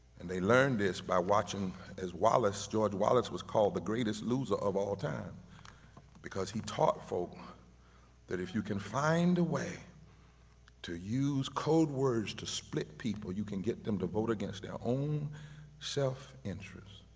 and they learn this by watching as wallace, george wallace was called the greatest loser of all time because he taught folk that if you can find a way to use codewords to split people, you can get them to vote against their own so self-interests.